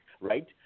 Right